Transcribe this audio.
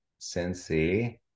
Cincy